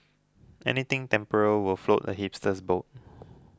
anything temporal will float a hipster's boat